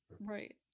right